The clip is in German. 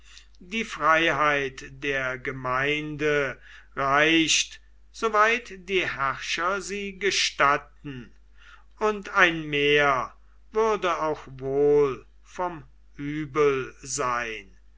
die freiheit der gemeinde reicht soweit die herrscher sie gestatten und ein mehr würde auch wohl vom übel sein